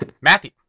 Matthew